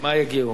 מה יגיעו?